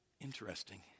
Interesting